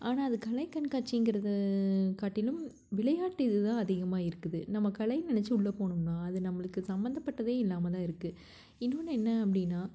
ஆனால் அது கலை கண்காட்சிங்கிறது காட்டிலும் விளையாட்டு இது தான் அதிகமாக இருக்குது நம்ம கலைன்னு நினச்சி உள்ளே போனோம்னால் அது நம்மளுக்கு சம்மந்தப்பட்டதே இல்லாமல் தான் இருக்குது இன்னொன்று என்ன அப்படின்னா